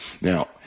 Now